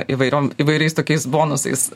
įvairiom įvairiais tokiais bonusais